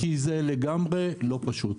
כי זה לגמרי לא פשוט.